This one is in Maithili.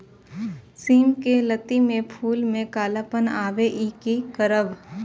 सिम के लत्ती में फुल में कालापन आवे इ कि करब?